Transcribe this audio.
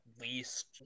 least